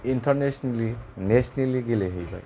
internationally nationally गेलेहैबाय